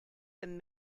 them